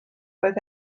oedd